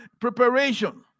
Preparation